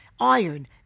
iron